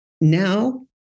Now